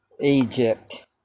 Egypt